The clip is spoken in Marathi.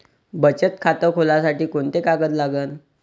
बचत खात खोलासाठी कोंते कागद लागन?